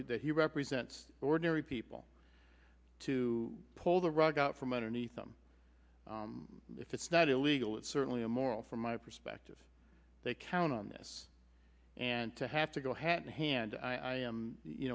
he represents ordinary people to pull the rug out from underneath them if it's not illegal it's certainly a moral from my perspective they count on this and to have to go hat in hand i am you